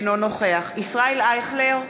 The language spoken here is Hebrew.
אינו נוכח ישראל אייכלר,